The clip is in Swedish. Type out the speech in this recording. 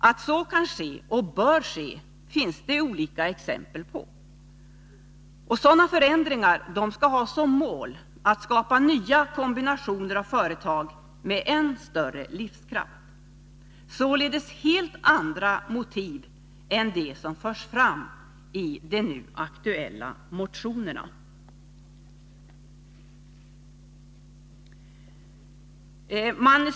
Att så kan ske och bör ske finns det olika exempel på. Sådana förändringar skall ha som mål att skapa nya kombinationer av företag, med än större livskraft. Det är således fråga om helt andra motiv än de som anförs i de nu aktuella motionerna.